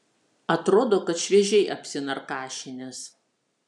atrodo kad šviežiai apsinarkašinęs